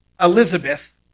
Elizabeth